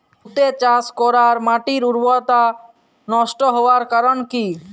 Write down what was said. তুতে চাষ করাই মাটির উর্বরতা নষ্ট হওয়ার কারণ কি?